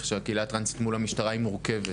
שגם של הקהילה הטרנסית מול המשטרה היא מורכבת.